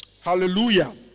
Hallelujah